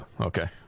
okay